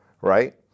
right